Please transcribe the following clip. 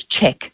check